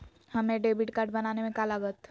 हमें debit card बनाने में का लागत?